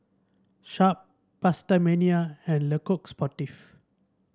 Sharp PastaMania and Le Coq Sportif